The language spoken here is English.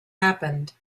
happened